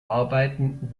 arbeiten